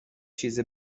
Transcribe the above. چیز